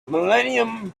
millennium